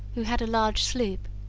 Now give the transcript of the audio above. who had a large sloop,